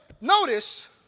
notice